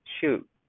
shoot